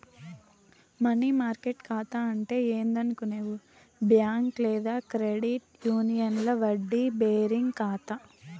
money market కాతా అంటే ఏందనుకునేవు బ్యాంక్ లేదా క్రెడిట్ యూనియన్ల వడ్డీ బేరింగ్ కాతా